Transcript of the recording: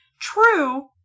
True